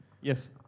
Yes